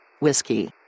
Whiskey